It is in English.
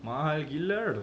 mahal gila